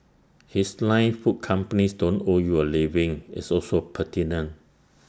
his line food companies don't owe you A living is also pertinent